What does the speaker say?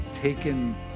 taken